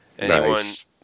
Nice